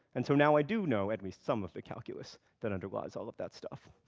and so now i do know at least some of the calculus that underlies all of that stuff.